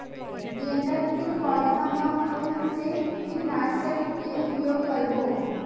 गेंदा के पौधा म कोन से कीटनाशक के उपयोग करबो?